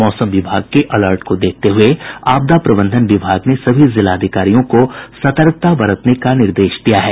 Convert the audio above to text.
मौसम विभाग के अलर्ट को देखते हुये आपदा प्रबंधन विभाग ने सभी जिलाधिकारियों को विशेष सतर्कता बरतने का निर्देश दिया है